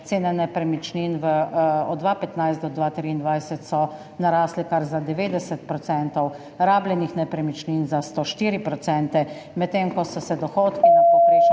cene nepremičnin, od 2015 do 2023 so narasle kar za 90 %, rabljenih nepremičnin za 104 %, medtem ko so se dohodki na povprečno